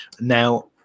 Now